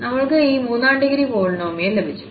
നമ്മൾക്ക് ഈ മൂന്നാം ഡിഗ്രി പോളിനോമിയൽ ലഭിച്ചു